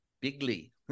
bigly